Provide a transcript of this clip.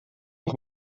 nog